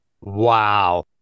Wow